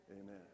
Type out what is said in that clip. Amen